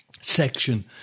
section